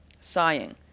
Sighing